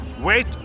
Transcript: Wait